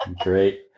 Great